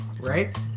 right